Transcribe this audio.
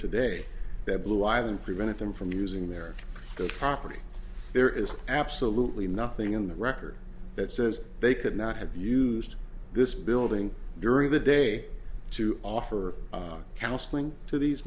today that blue island prevented them from using their property there is absolutely nothing in the record that says they could not have used this building during the day to offer counseling to these